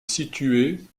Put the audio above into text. située